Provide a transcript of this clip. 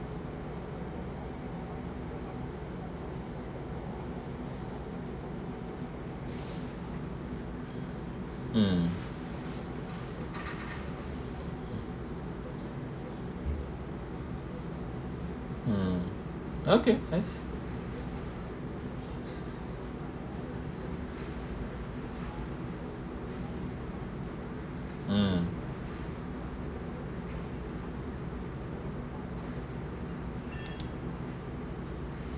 um um okay nice um